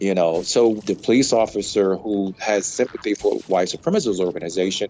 you know, so the police officer who has sympathy for a white supremacist organization